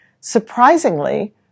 Surprisingly